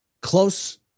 close